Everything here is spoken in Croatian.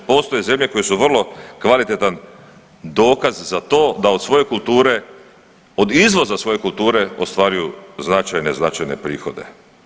Postoje zemlje koje su vrlo kvalitetan dokaz za to da od svoje kulture, od izvoza svoje kulture ostvaruju značajne, značajne prihode.